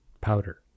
powder